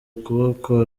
ukuboko